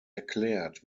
erklärt